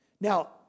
Now